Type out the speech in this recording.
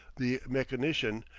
the mechanician,